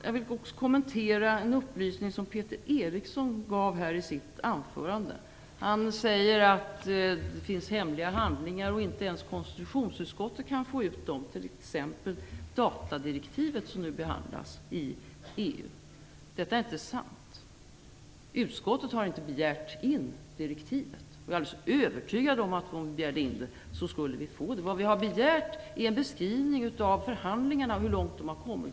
Jag vill också kommentera en upplysning som Peter Eriksson gav här i sitt anförande. Han säger att det finns hemliga handlingar och att inte ens konstitutionsutskottet kan få ut dem, t.ex. datadirektivet som nu behandlas i EU. Detta är inte sant. Utskottet har inte begärt in direktivet. Jag är alldeles övertygad om att om vi begärde in det skulle vi få det. Vad vi har begärt är en beskrivning av förhandlingarna och hur långt de har kommit.